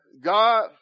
god